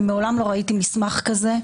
ומעולם לא ראיתי מסמך כזה,